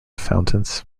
fountains